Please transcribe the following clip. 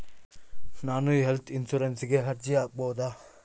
ನಾನು ಹೆಲ್ತ್ ಇನ್ಶೂರೆನ್ಸಿಗೆ ಅರ್ಜಿ ಹಾಕಬಹುದಾ?